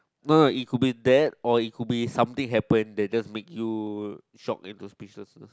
no no it could be that or it could be something happened that just make you shock into speechlessness